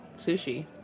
sushi